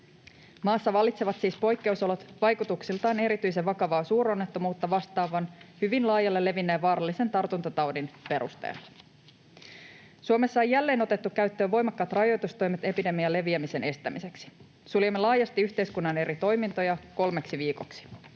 Maassa vallitsevat siis poikkeusolot vaikutuksiltaan erityisen vakavaa suuronnettomuutta vastaavan hyvin laajalle levinneen vaarallisen tartuntataudin perusteella. Suomessa on jälleen otettu käyttöön voimakkaat rajoitustoimet epidemian leviämisen estämiseksi. Suljemme laajasti yhteiskunnan eri toimintoja kolmeksi viikoksi.